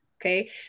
okay